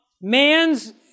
Man's